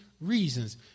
reasons